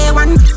one